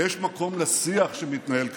ויש מקום לשיח שמתנהל כרגע,